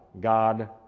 God